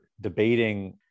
debating